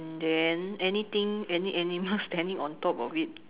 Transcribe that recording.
and then anything any animals standing on top of it